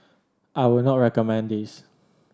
I would not recommend this